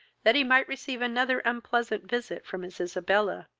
that he might receive another unpleasant visit from his isabella,